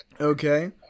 okay